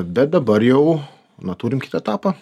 bet dabar jau na turim kitą etapą